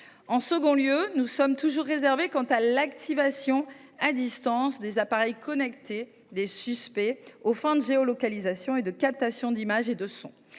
En second lieu, nous sommes toujours réservés quant à l’activation à distance des appareils connectés des suspects aux fins de géolocalisation et de captation d’images et de sons.